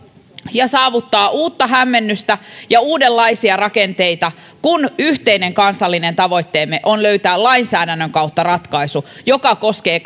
ja saavuttaa uutta hämmennystä ja uudenlaisia rakenteita kun yhteinen kansallinen tavoitteemme on löytää lainsäädännön kautta ratkaisu joka koskee